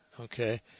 okay